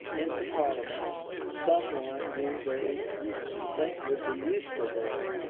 into parliament some one who they think would be useful there,